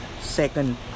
second